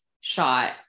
shot